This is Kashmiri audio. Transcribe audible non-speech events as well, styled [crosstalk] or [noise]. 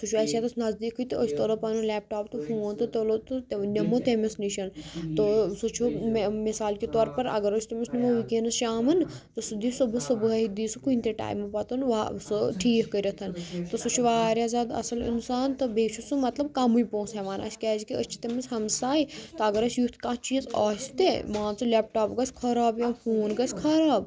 سُہ چھُ اسہِ ییٚتیٚس نَزدیٖکٕے تہٕ أسۍ تُلو پَنُن لیپ ٹاپ تہٕ فوٗن تہٕ تُلو تہٕ [unintelligible] نِمو تٔمِس نِش تہٕ سُہ چھُ مثال کے طور پر اگر أسۍ تٔمِس نِمو وُنکیٚس شامَن تہٕ سُہ دِی صُبحَس صُبحٲے دِی سُہ کُنہِ تہِ ٹایمہٕ پَتہٕ وا سُہ ٹھیٖک کٔرِتھ تہٕ سُہ چھُ واریاہ زیادٕ اصٕل اِنسان تہٕ بیٚیہِ چھُ سُہ مطلب کَمٕے پونٛسہٕ ہیٚوان اسہِ کیٛازِکہِ أسۍ چھِ تٔمِس ہَمساے تہٕ اگر اسہِ یُتھ کانٛہہ چیٖز آسہِ تہِ مان ژٕ لیپ ٹاپ گَژھہِ خراب یا فوٗن گژھہِ خراب